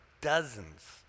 dozens